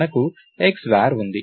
మనకు X var ఉంది